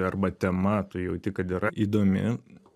arba tema tu jauti kad yra įdomi